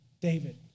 David